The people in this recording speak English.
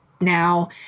now